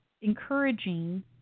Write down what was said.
encouraging